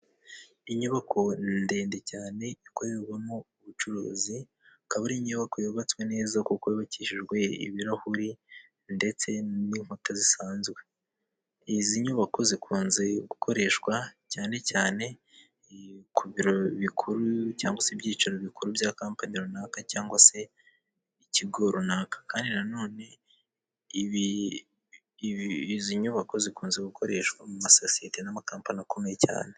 Inyubako ndende cyane ikorerwamo ubucuruzi, akaba ari inyubako yubatswe neza kuko yubakishijwe ibirahuri, ndetse n'inkuta zisanzwe. Izi nyubako zikunze gukoreshwa cyane cyane, ku biro bikuru cyangwa se ibyiciro bikuru bya kampani runaka cyangwa se ikigo runaka. Kandi na none izi nyubako zikunze gukoreshwa mu masosiyete n'amakampani akomeye cyane.